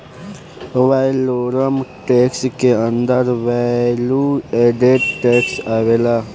valorem tax के अंदर value added tax आवेला